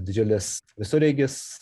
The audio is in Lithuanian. didžiulis visureigis